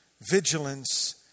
vigilance